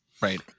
Right